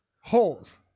Holes –